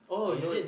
you know